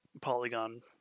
Polygon